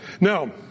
Now